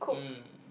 mm